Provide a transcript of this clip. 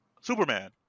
Superman